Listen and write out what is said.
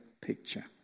picture